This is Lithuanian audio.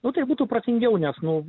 nu tai būtų protingiau nes nu